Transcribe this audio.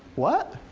what?